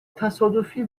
تصادفی